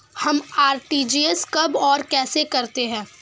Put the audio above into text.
हम आर.टी.जी.एस कब और कैसे करते हैं?